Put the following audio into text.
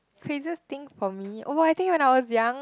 craziest thing for me oh I think when I was young